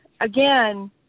again